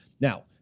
Now